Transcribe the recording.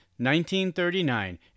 1939